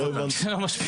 לא הבנתי.